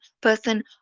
person